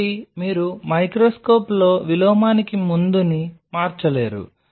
కాబట్టి మీరు మైక్రోస్కోప్లో విలోమానికి ముందుని మార్చలేరు